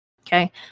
Okay